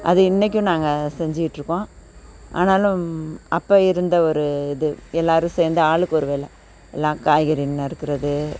அது இன்றைக்கும் நாங்கள் செஞ்சிகிட்டிருக்கோம் ஆனாலும் அப்போ இருந்த ஒரு இது எல்லாரும் சேர்ந்து ஆளுக்கு ஒரு வேளை எல்லா காய்கறி நறுக்கிறது